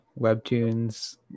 webtoons